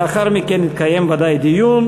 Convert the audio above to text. לאחר מכן יתקיים ודאי דיון,